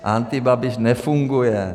Antibabiš nefunguje.